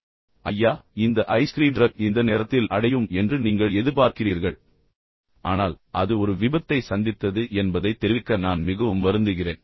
உதாரணமாக ஐயா இந்த ஐஸ்கிரீம் டிரக் இந்த நேரத்தில் அடையும் என்று நீங்கள் எதிர்பார்க்கிறீர்கள் என்று நீங்கள் கூறலாம் ஆனால் அது ஒரு விபத்தை சந்தித்தது என்பதை உங்களுக்குத் தெரிவிக்க நான் மிகவும் வருந்துகிறேன்